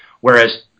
whereas